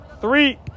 three